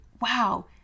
wow